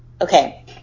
Okay